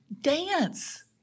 Dance